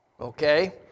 Okay